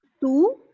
two